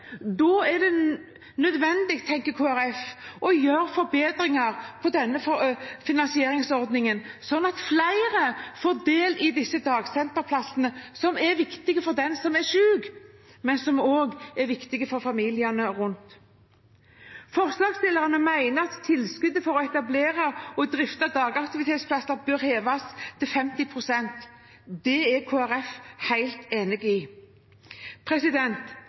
Da tenker Kristelig Folkeparti det er nødvendig å gjøre forbedringer i denne finansieringsordningen slik at flere får del i disse dagsenterplassene – som er viktige for den som er syk, og som også er viktig for familiene rundt. Forslagsstillerne mener at tilskuddet til å etablere og drifte dagaktivitetsplasser bør heves til 50 pst. Det er Kristelig Folkeparti helt enig i.